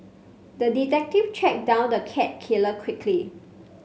the detective tracked down the cat killer quickly